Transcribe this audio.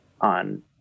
on